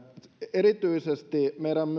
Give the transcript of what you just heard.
erityisesti meidän